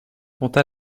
conte